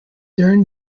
during